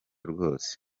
rwose